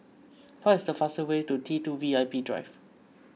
what is the fastest way to T two V I P Drive